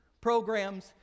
programs